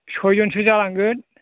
सयजनसो जालांगोन